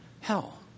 hell